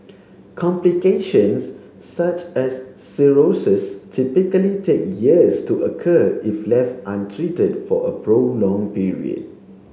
complications such as cirrhosis typically take years to occur if left untreated for a prolonged period